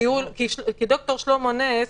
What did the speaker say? כי ד"ר שלמה נס,